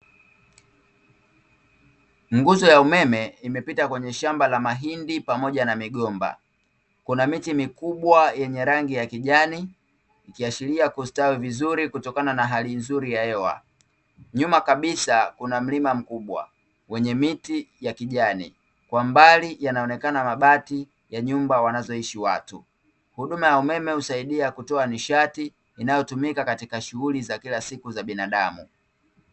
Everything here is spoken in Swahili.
Nguzo ya umeme, imepita kwenye shamba la mahindi pamoja na migomba, kuna miti mikubwa yenye rangi ya kijani ikiashiria kustawi vizuri kutokana na hali nzuri ya hewa. Nyuma kabisa kuna mlima mkubwa, wenye miti ya kijani, kwa mbali yanaonekana mabati ya nyumba wanazoishi watu. Huduma ya umeme husaidia kutoa nishati inayotumika katika shughuli za kila siku za binadamu.